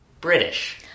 British